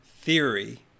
theory